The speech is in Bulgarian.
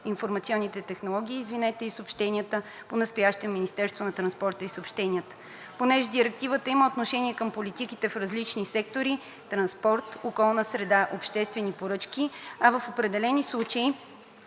информационните технологии и съобщенията, понастоящем Министерството на транспорта и съобщенията. Понеже Директивата има отношение към политиките в различни сектори – транспорт, околна среда, обществени поръчки, а в определени случаи